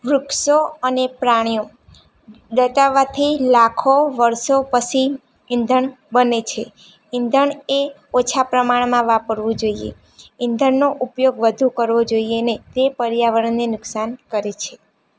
વૃક્ષો અને પ્રાણીઓ દટાવાથી લાખો વરસો પછી ઈંધણ બને છે ઈંધણ એ ઓછા પ્રમાણમાં વાપરવું જોઈએ ઈંધણનો ઉપયોગ વધુ કરવો જોઈએ નહીં તે પર્યાવરણને નુકસાન કરે છે